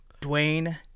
Dwayne